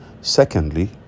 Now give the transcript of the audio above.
Secondly